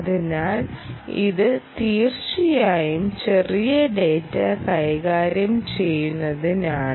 അതിനാൽ ഇത് തീർച്ചയായും ചെറിയ ഡാറ്റ കൈകാര്യം ചെയ്യുന്നതിനാണ്